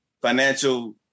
financial